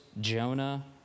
Jonah